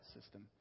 system